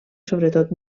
sobretot